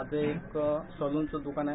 माझं एक सलूनचं द्रकार आहे